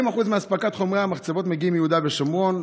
40% מאספקת חומרי המחצבות מגיעים מיהודה ושומרון.